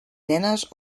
nenes